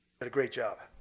did a great job.